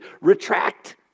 retract